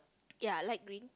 ya light green